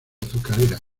azucarera